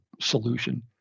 solution